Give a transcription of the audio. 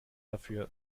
dafür